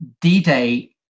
D-Day